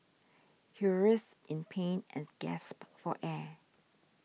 he writhed in pain and gasped for air